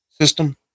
system